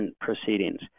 proceedings